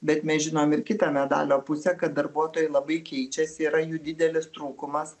bet mes žinom ir kitą medalio pusę kad darbuotojai labai keičiasi yra jų didelis trūkumas